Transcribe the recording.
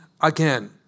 again